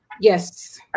Yes